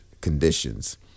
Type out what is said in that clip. conditions